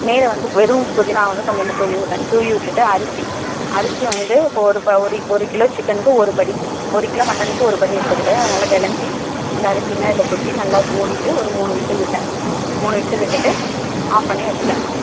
மேலே வந்து வெறும் புதினாவை கொஞ்சோண்டு தூவிவிட்ட தூவிவிட்டுட்டு அரிசி அரிசியை வந்து இப்போ ஒரு இப்போ ஒரு கிலோ சிக்கனுக்கு ஒரு படி ஒரு கிலோ மட்டனுக்கு ஒரு படி எடுத்துக்கிட்டு நல்லா கெளஞ்சி அந்த அரிசியை அதில் கொட்டி நல்லா மூடிவிட்டு ஒரு மூணு விசில் விட்ட ஒரு மூணு விசில் விட்டுவிட்டு ஆஃப் பண்ணி வச்சிவிட்டேன்